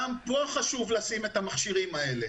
גם פה חשוב לשים את המכשירים האלה.